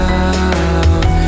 out